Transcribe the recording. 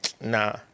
Nah